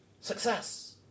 success